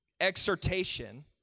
exhortation